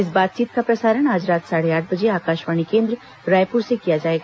इस बातचीत का प्रसारण आज रात साढ़े आठ बजे आकाशवाणी केन्द्र रायपुर से किया जाएगा